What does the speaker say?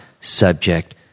subject